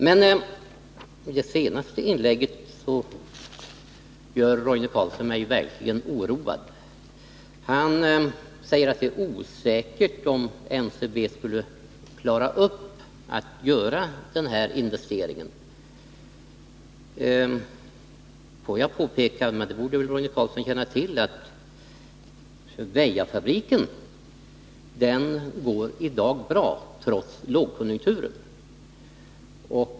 Men med det senaste inlägget gjorde Roine Carlsson mig verkligen oroad. Han sade att det är osäkert om NCB skulle klara att göra den här investeringen. Låt mig påpeka — det borde Roine Carlsson känna till — att Väjafabriken i dag går bra, trots lågkonjunkturen.